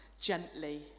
gently